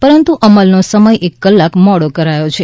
પરંતુ અમલનો સમય એક કલાક મોડો કરાયો છે